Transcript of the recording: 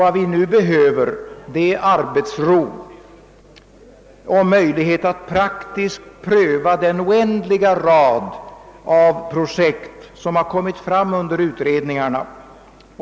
Vad vi nu behöver är arbetsro och möjlighet att praktiskt pröva den oändliga rad av projekt som har kommit fram som resultat från utredningarna.